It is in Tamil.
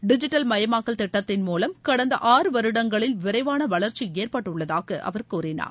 டிஜிட்டல் மயமாக்கல் திட்டத்தின் மூலம் கடந்த ஆறு வருடங்களில் விரைவான வளர்ச்சி ஏற்பட்டுள்ளதாக அவர் கூறினார்